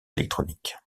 électronique